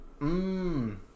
Mmm